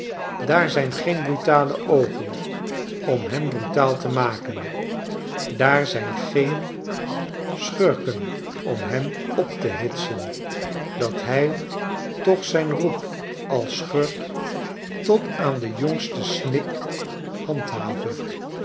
daar zijn geen brutale oogen om hem brutaal te maken daar zijn geen schurken om hem op te hitsen dat hij toch zijn roep als schurk tot aan den jongsten snik handhave